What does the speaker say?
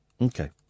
okay